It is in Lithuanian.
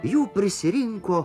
jų prisirinko